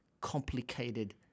complicated